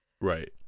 Right